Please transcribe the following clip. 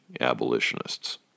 abolitionists